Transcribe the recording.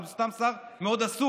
אבל הוא סתם שר מאוד עסוק,